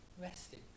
resting